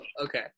Okay